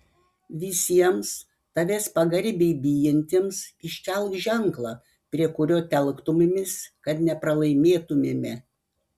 visiems tavęs pagarbiai bijantiems iškelk ženklą prie kurio telktumėmės kad nepralaimėtumėme